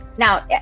Now